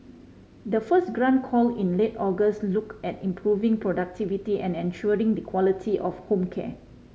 the first grant call in late August looked at improving productivity and ensuring the quality of home care